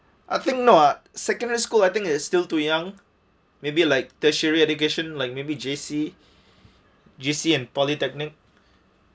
I think no ah secondary school I think is still too young maybe like tertiary education like maybe J_C J_C and polytechnic